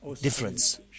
difference